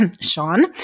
Sean